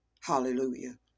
Hallelujah